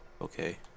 okay